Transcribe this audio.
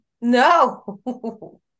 no